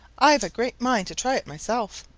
i've a great mind to try it myself.